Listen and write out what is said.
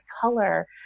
color